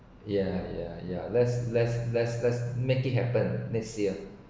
ya ya ya let’s let’s let’s let’s make it happen next year